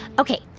ok.